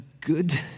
good